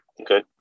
Okay